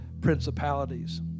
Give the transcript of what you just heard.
principalities